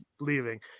Leaving